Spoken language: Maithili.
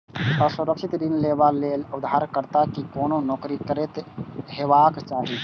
असुरक्षित ऋण लेबा लेल उधारकर्ता कें कोनो नौकरी करैत हेबाक चाही